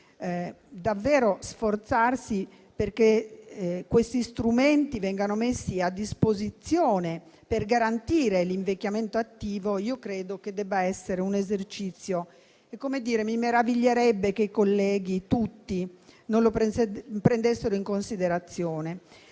Quindi, sforzarsi perché questi strumenti vengano messi a disposizione per garantire l'invecchiamento attivo è davvero un esercizio da compiere e mi meraviglierebbe che i colleghi tutti non lo prendessero in considerazione.